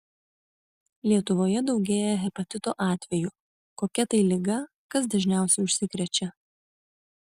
lietuvoje daugėja hepatito atvejų kokia tai liga kas dažniausiai užsikrečia